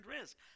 risk